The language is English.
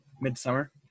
midsummer